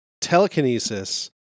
telekinesis